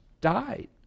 died